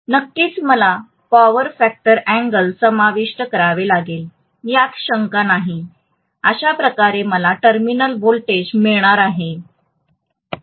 नक्कीच मला power factor angle समाविष्ट करावे लागेल यात काही शंका नाही अशा प्रकारे मला टर्मिनल व्होल्टेज मिळणार आहे